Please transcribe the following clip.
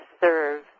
serve